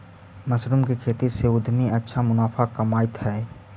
mushroom के खेती से उद्यमी अच्छा मुनाफा कमाइत हइ